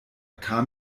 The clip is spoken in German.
kam